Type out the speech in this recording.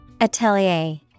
Atelier